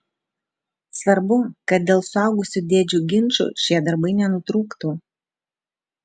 svarbu kad dėl suaugusių dėdžių ginčų šie darbai nenutrūktų